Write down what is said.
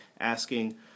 asking